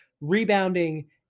rebounding